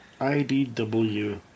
IDW